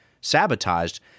sabotaged